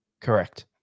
correct